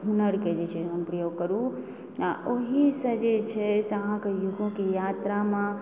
हुनरके जे छै से अहाँ उपयोग करू आओर ओहीसँ जे छै से अहाँके युगोके यात्रामे